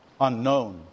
unknown